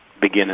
begin